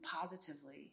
positively